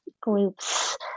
groups